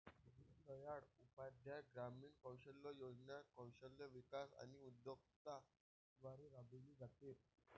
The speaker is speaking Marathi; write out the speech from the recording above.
दीनदयाळ उपाध्याय ग्रामीण कौशल्य योजना कौशल्य विकास आणि उद्योजकता द्वारे राबविली जाते